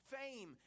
fame